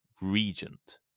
regent